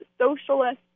socialist